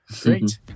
Great